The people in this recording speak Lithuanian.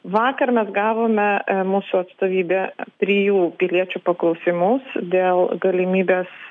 vakar mes gavome mūsų atstovybė trijų piliečių paklausimus dėl galimybės